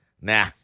Nah